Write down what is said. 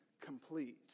complete